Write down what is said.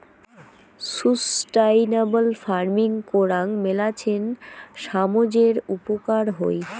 sustainable farming করাং মেলাছেন সামজের উপকার হই